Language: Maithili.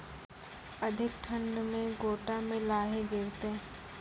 अधिक ठंड मे गोटा मे लाही गिरते?